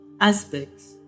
aspects